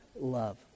love